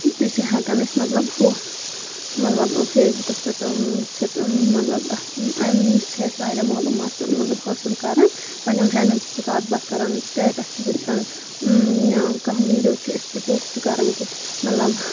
تہِ چھِ ہؠکان أسۍ مطلب ہُہ مطلب فیس بُکَس پؠٹھ وٕچھِتھ مطلب اَمہِ نِش چھِ اَسہِ واریاہ معلوٗمات مطلب حٲصِل کَران پَنٕنؠن فرینٛڈَن سۭتۍ چھِ کَتھ باتھ کران سٹیٹس چھِ وٕچھَان کانٛہہ ویٖڈیو چھِ أسۍ تہِ پوسٹ کران کہِ مطلب